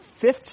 fifth